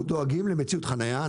אנחנו דואגים למציאות חניה.